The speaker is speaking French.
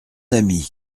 ami